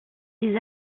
des